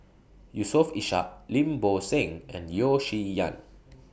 Yusof Ishak Lim Bo Seng and Yeo Shih Yun